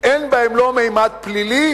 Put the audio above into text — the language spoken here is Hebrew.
אין בהן לא ממד פלילי,